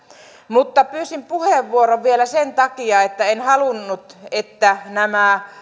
mutta pyysin puheenvuoron vielä sen takia että en halunnut että nämä